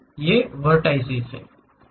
ये वह वेर्टाइसिस हैं